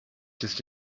just